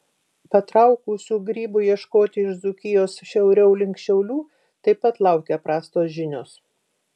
patraukusių grybų ieškoti iš dzūkijos šiauriau link šiaulių taip pat laukia prastos žinios